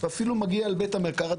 ואפילו מגיע אל בית המרקחת,